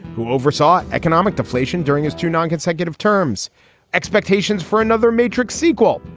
who oversaw economic deflation during his two non-consecutive terms expectations for another matrix sequel.